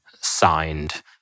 signed